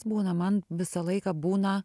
būna man visą laiką būna